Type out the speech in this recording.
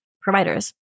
providers